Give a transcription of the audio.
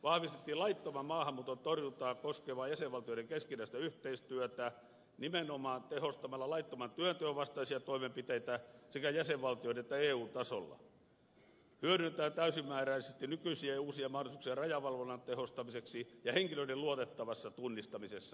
vahvistettiin laittoman maahanmuuton torjuntaa koskevaa jäsenvaltioiden keskinäistä yhteistyötä nimenomaan tehostamalla laittoman työnteon vastaisia toimenpiteitä sekä jäsenvaltioiden että eun tasolla sekä hyödynnetään täysimääräisesti nykyisiä ja uusia mahdollisuuksia rajavalvonnan tehostamiseksi ja henkilöiden luotettavassa tunnistamisessa